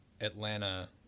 Atlanta